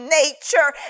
nature